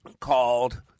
called